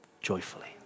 joyfully